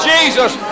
Jesus